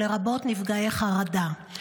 לרבות נפגעי חרדה.